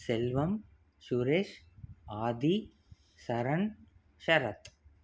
Selvam Suresh Aadhi Saran Sarath